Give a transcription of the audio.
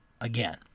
again